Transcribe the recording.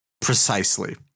Precisely